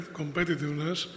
competitiveness